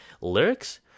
lyrics